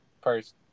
First